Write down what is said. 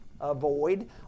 avoid